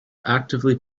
actively